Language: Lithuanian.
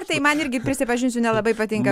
tai man irgi prisipažinsiu nelabai patinka